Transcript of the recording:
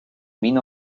vino